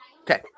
Okay